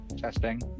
Testing